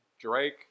Drake